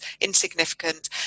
insignificant